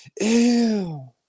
ew